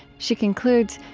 she concludes,